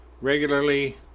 Regularly